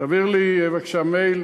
תעביר לי בבקשה מייל,